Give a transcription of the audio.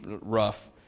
rough